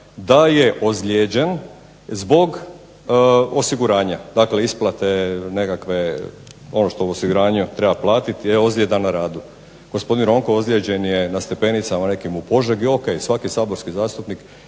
da je ozlijeđen zbog osiguranja. Dakle, isplate nekakve ono što mu osiguranje treba platiti jer je ozljeda na radu. Gospodin Ronko ozlijeđen je na stepenicama nekim u Požegi, ok, svaki saborski zastupnik